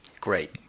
Great